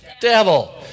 devil